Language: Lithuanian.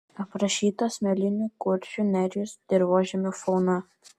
aprašyta smėlinių kuršių nerijos dirvožemių fauna